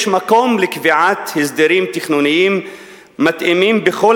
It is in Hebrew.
"יש מקום לקביעת הסדרים תכנוניים מתאימים בכל